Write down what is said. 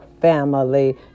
family